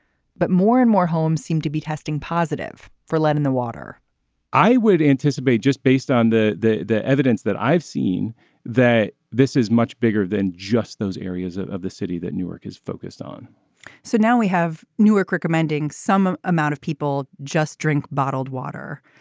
but more and more homes seemed to be testing positive for letting the water i would anticipate just based on the the evidence that i've seen that this is much bigger than just those areas of the city that newark is focused on so now we have newark recommending some amount of people just drink bottled water.